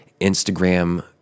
instagram